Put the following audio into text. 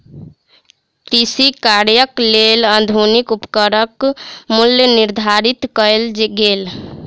कृषि कार्यक लेल आधुनिक उपकरणक मूल्य निर्धारित कयल गेल